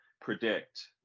predict